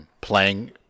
playing